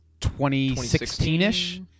2016-ish